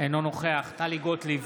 אינו נוכח טלי גוטליב,